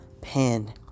pen